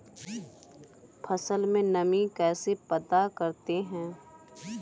फसल में नमी कैसे पता करते हैं?